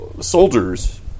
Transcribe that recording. Soldiers